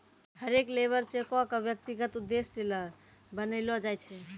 हरेक लेबर चेको क व्यक्तिगत उद्देश्य ल बनैलो जाय छै